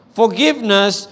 forgiveness